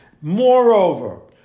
Moreover